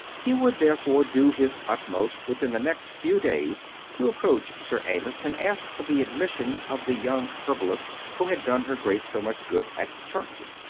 he would, therefore, do his utmost within the next few days to approach sir amyas and ask for the admission of the young herbalist who had done her grace so much good at cbartley.